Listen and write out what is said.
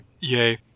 Yay